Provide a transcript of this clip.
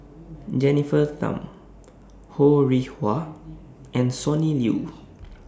Jennifer Tham Ho Rih Hwa and Sonny Liew